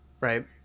right